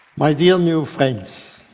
my dear new friends.